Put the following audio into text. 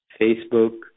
Facebook